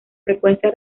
frecuencia